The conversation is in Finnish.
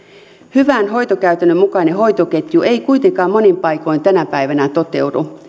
hyvän hoitokäytännön mukainen hoitoketju monin paikoin ei kuitenkaan tänä päivänä toteudu